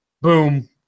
boom